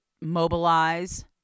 mobilize